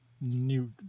new